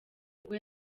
ubwo